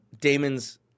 Damon's